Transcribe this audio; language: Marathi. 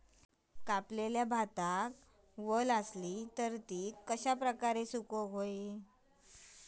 कापलेल्या भातात वल आसली तर ती कश्या प्रकारे सुकौक होई?